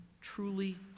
truly